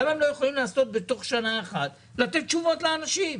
למה הם לא יכולים בתוך שנה אחת לתת תשובות לאנשים?